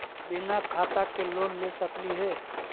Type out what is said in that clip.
बिना खाता के लोन ले सकली हे?